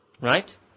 right